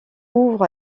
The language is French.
ouvre